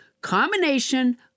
combination